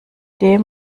dem